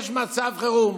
יש מצב חירום.